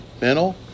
mental